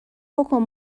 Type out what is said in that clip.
بکن